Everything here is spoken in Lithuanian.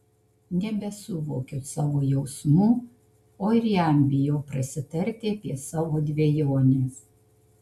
nebesuvokiu savo jausmų o ir jam bijau prasitarti apie savo dvejones